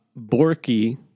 Borky